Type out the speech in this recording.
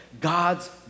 God's